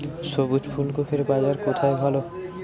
সবুজ ফুলকপির বাজার কোথায় ভালো?